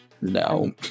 No